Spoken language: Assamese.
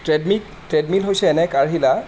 ট্ৰেডমিক ট্ৰেডমিল হৈছে এনে এক আহিলা